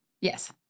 Yes